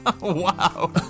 Wow